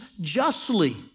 justly